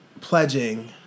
pledging